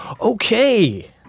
Okay